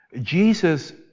Jesus